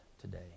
today